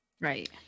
right